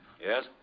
Yes